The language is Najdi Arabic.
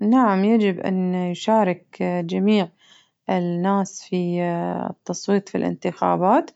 نعم يجب أن يشارك جميع الناس في التصويت في الانتخابات